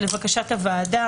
הועבר לבקשת הוועדה